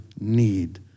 need